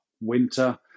winter